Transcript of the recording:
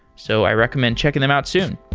so i recommend checking them out soon.